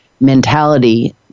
mentality